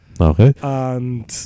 Okay